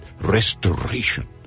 restoration